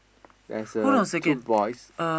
there is a two boys